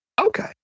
Okay